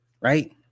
Right